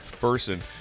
person